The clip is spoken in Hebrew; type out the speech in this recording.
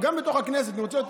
גם בתוך הכנסת, אני רוצה להיות,